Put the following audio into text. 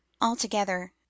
Altogether